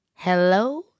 Hello